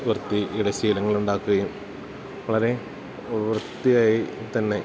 വൃത്തിയുടെ ശീലങ്ങളുണ്ടാക്കുകയും വളരെ വൃത്തിയായിത്തന്നെ